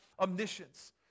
omniscience